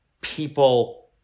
people